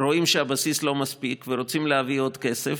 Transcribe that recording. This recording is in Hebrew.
רואים שהבסיס לא מספיק ורוצים להביא עוד כסף.